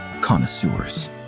connoisseurs